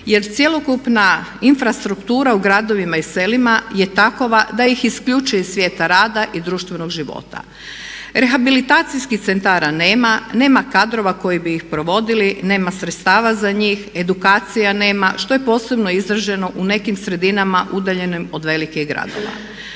jer cjelokupna infrastruktura u gradovima i selima je takva da ih isključe iz svijeta rada i društvenog života. Rehabilitacijskih centara nema, nema kadrova koji bi ih provodili, nema sredstava za njih, edukacija nema, što je posebno izraženo u nekim sredinama udaljenim od velikih gradova,